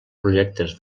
projectes